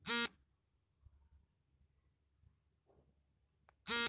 ಬಲೆ ಹಾಕಿ ಮೀನು ಹಿಡಿಯುವುದು ಅತ್ಯಂತ ಹಳೆಯ ಮೀನುಗಾರಿಕೆ ಸಂಪ್ರದಾಯವಾಗಿದೆ